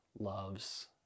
loves